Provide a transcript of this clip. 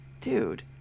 dude